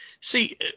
See